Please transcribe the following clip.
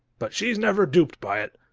but she's never duped by it.